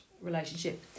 relationship